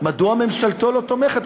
מדוע ממשלתו לא תומכת?